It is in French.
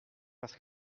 parce